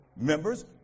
members